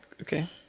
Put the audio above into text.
Okay